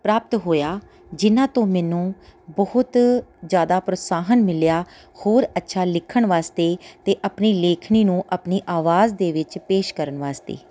ਪ੍ਰਾਪਤ ਹੋਇਆ ਜਿਨ੍ਹਾਂ ਤੋਂ ਮੈਨੂੰ ਬਹੁਤ ਜ਼ਿਆਦਾ ਪ੍ਰੋਤਸਾਹਨ ਮਿਲਿਆ ਹੋਰ ਅੱਛਾ ਲਿਖਣ ਵਾਸਤੇ ਅਤੇ ਆਪਣੀ ਲੇਖਣੀ ਨੂੰ ਆਪਣੀ ਆਵਾਜ਼ ਦੇ ਵਿੱਚ ਪੇਸ਼ ਕਰਨ ਵਾਸਤੇ